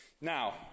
Now